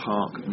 Park